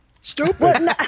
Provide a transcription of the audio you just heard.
stupid